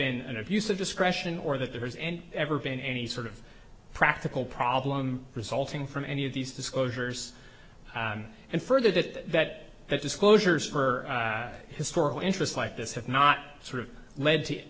been an abuse of discretion or that there is and ever been any sort of practical problem resulting from any of these disclosures and further that that that disclosures for historical interest like this have not sort of lead to